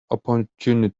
opportunity